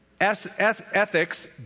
ethics